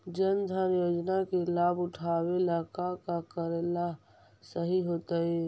जन धन योजना के लाभ उठावे ला का का करेला सही होतइ?